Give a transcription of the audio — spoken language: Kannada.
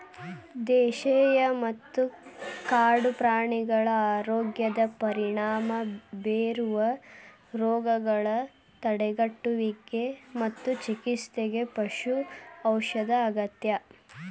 ದೇಶೇಯ ಮತ್ತ ಕಾಡು ಪ್ರಾಣಿಗಳ ಆರೋಗ್ಯದ ಪರಿಣಾಮ ಬೇರುವ ರೋಗಗಳ ತಡೆಗಟ್ಟುವಿಗೆ ಮತ್ತು ಚಿಕಿತ್ಸೆಗೆ ಪಶು ಔಷಧ ಅಗತ್ಯ